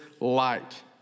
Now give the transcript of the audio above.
light